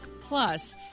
plus